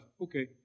Okay